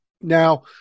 Now